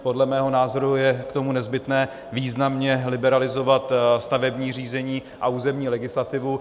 Podle mého názoru je k tomu nezbytné významně liberalizovat stavební řízení a územní legislativu.